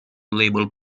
label